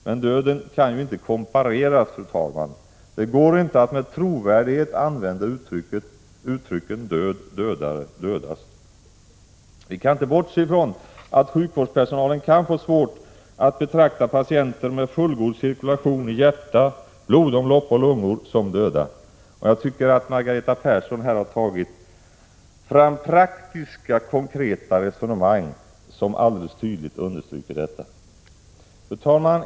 Men döden kan ju inte kompareras, fru talman. Det går inte att med trovärdighet använda uttrycken död, dödare, dödast. Vi kan inte bortse från att sjukvårdspersonalen kan få svårt att betrakta patienter med fullgod cirkulation i hjärta, blodomlopp och lungor som döda. Jag tycker att Margareta Perssons praktiska, konkreta resonemang här alldeles tydligt visar på detta. Fru talman!